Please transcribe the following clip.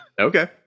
okay